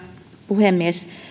puhemies